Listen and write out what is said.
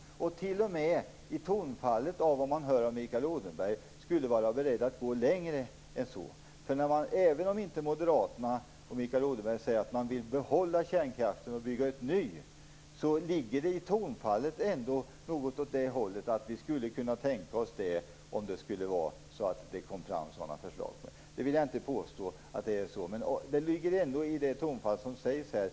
Det låter t.o.m. på Mikael Odenbergs tonfall som om han skulle vara beredd att gå längre än så. Även om inte Mikael Odenberg och Moderaterna säger att de vill behålla kärnkraften och bygga ny, ligger det ändå i tonfallet något åt det hållet, dvs. att de skulle kunna tänka sig det om det kom fram sådana förslag. Jag vill inte påstå att det är så, men det ligger ändå i det tonfall som används här.